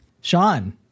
Sean